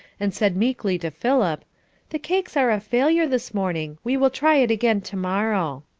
and said meekly to philip the cakes are a failure this morning, we will try it again tomorrow.